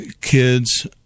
kids